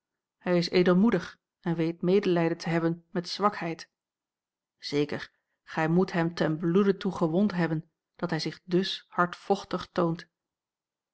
hij is edelmoedig en weet medelijden te hebben met zwakheid zeker gij moet hem ten bloede toe gewond hebben dat hij zich ds hardvochtig toont